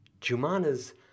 Jumana's